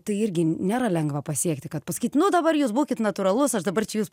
tai irgi nėra lengva pasiekti kad pasakyt nu dabar jūs būkit natūralus aš dabar čia jus